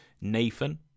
Nathan